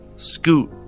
Scoot